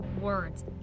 words